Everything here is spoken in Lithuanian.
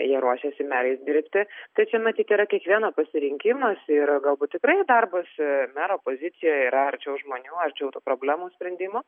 jie ruošiasi merais dirbti tai čia matyt yra kiekvieno pasirinkimas ir galbūt tikrai darbas mero pozicija yra arčiau žmonių arčiau tų problemų sprendimo